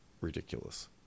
ridiculous